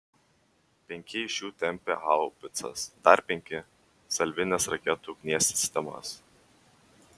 penki iš jų tempė haubicas dar penki salvinės raketų ugnies sistemas